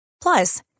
plus